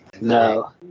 No